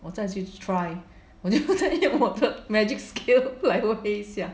我再去 try then 再用我的 magic scale 再 weight 一下